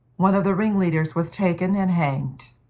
one of the ring-leaders was taken and hanged.